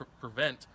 prevent